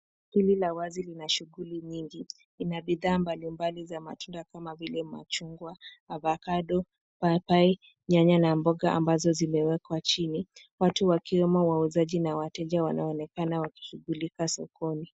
Kundi la wazi lina shughuli nyingi. Ina bidhaa mbali mbali za matunda kama vile machungwa, avocado, paipai nyanya na mboga ambazo zimewekwa chini. Watu wakiwemo wauzaje na wateja wanaonekana wakishughulika sokoni.